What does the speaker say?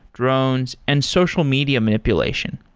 drones and social media manipulation.